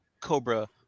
Cobra